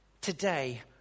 today